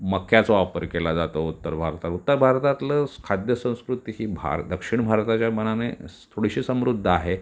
मक्याचा वापर केला जातो उत्तर भारतात उत्तर भारतातलं खाद्य संस्कृती ही भार दक्षिण भारताच्या मानाने स् थोडीशी समृद्ध आहे